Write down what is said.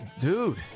dude